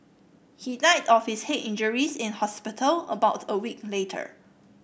he died of his head injuries in hospital about a week later